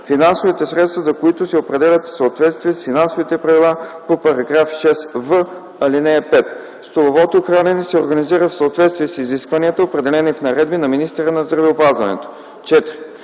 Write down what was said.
финансовите средства за които се определят в съответствие с финансовите правила по § 6в, ал. 5. Столовото хранене се организира в съответствие с изискванията, определени в наредби на министъра на здравеопазването.”